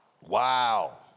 Wow